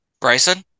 Bryson